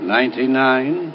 Ninety-nine